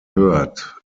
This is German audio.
hört